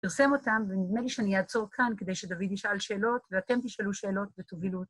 ‫פרסם אותם, ונדמה לי שאני אעצור כאן ‫כדי שדוד ישאל שאלות, ‫ואתם תשאלו שאלות ותובילו